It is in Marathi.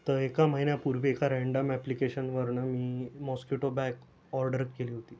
तर एका महिन्यापूर्वी एका रॅन्डम ॲप्लिकेशनवरनं मी मॉस्कुटो बॅट ऑर्डर केली होती